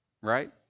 right